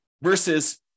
versus